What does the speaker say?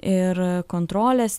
ir kontrolės